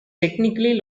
technically